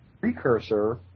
Precursor